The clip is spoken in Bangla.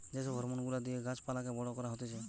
যে সব হরমোন গুলা দিয়ে গাছ পালাকে বড় করা হতিছে